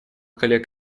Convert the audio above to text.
коллег